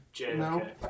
No